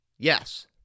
Yes